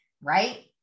right